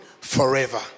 forever